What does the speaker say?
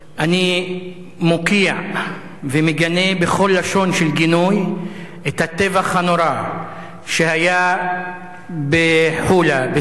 אני מוקיע ומגנה בכל לשון של גינוי את הטבח הנורא שהיה בחולה בסוריה.